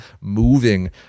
moving